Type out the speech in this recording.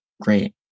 great